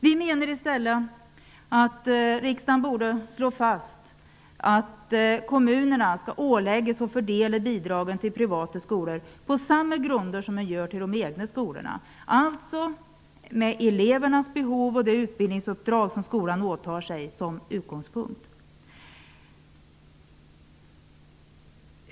Vi menar i stället att riksdagen borde slå fast att kommunerna skall åläggas att fördela bidragen till privata skolor på samma grunder som de fördelar bidrag till de egna skolorna, alltså med elevernas behov och det utbildningsuppdrag som skolan åtar sig som utgångspunkt.